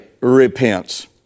repents